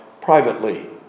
privately